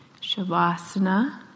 Shavasana